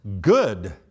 good